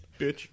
bitch